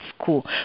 school